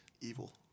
evil